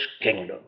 kingdom